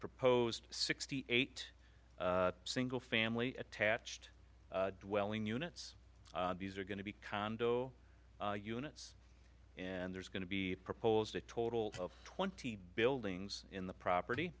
proposed sixty eight single family attached dwelling units these are going to be condo units and there's going to be proposed a total of twenty buildings in the property